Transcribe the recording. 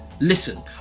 listen